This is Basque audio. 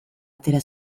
atera